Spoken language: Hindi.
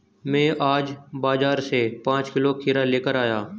मैं आज बाजार से पांच किलो खीरा लेकर आया